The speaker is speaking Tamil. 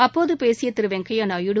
அப்போது பேசிய திரு வெங்கையா நாயுடு